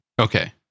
Okay